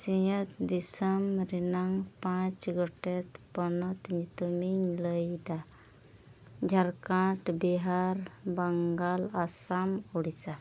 ᱥᱤᱧᱚᱛ ᱫᱤᱥᱚᱢ ᱨᱮᱱᱟᱜ ᱯᱟᱸᱪ ᱜᱚᱴᱮᱱ ᱯᱚᱱᱚᱛ ᱧᱩᱛᱩᱢᱤᱧ ᱞᱟᱹᱭᱫᱟ ᱡᱷᱟᱲᱠᱷᱚᱸᱰ ᱵᱤᱦᱟᱨ ᱵᱮᱝᱜᱚᱞ ᱟᱥᱟᱢ ᱩᱲᱤᱥᱥᱟ